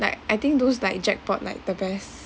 like I think those like jackpot like the best